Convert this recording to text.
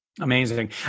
Amazing